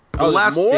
last